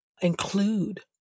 include